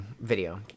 video